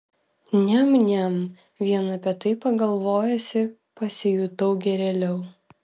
niam niam vien apie tai pagalvojusi pasijutau gerėliau